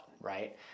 right